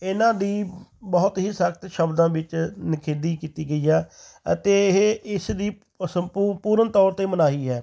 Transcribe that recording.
ਇਹਨਾਂ ਦੀ ਬਹੁਤ ਹੀ ਸਖਤ ਸ਼ਬਦਾਂ ਵਿੱਚ ਨਿਖੇਧੀ ਕੀਤੀ ਗਈ ਆ ਅਤੇ ਇਹ ਇਸ ਦੀ ਸੰਪੂਰ ਪੂਰਨ ਤੌਰ 'ਤੇ ਮਨਾਹੀ ਹੈ